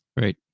Right